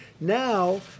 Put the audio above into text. now